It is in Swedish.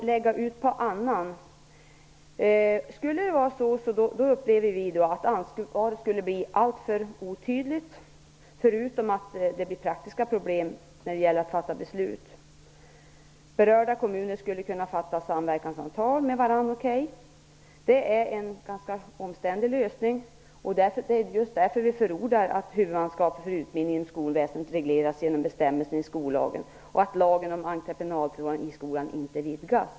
Fru talman! Om utbildningen skulle läggas ut på någon annan upplever vi att ansvaret skulle bli alltför otydligt, förutom att det blir praktiska problem när det gäller att fatta beslut. Berörda kommuner skulle kunna ingå samverkansavtal med varandra, okej. Det är en ganska omständlig lösning, och det är just därför vi förordar att huvudmannaskapet för utbildningen och skolväsendet regleras genom bestämmelserna i skollagen och att lagen om entreprenad i skolan inte vidgas.